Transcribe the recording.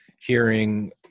hearing